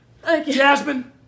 Jasmine